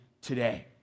today